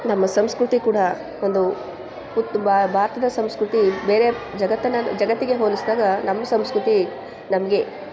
ನಮ್ಮ ಸಂಸ್ಕೃತಿ ಕೂಡ ಒಂದು ಉತ್ ಭಾರತದ ಸಂಸ್ಕೃತಿ ಬೇರೆ ಜಗತ್ತನ್ನು ಜಗತ್ತಿಗೆ ಹೋಲಿಸಿದಾಗ ನಮ್ಮ ಸಂಸ್ಕೃತಿ ನಮಗೆ